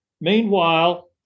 Meanwhile